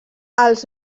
els